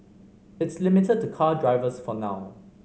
it's limited to car drivers for now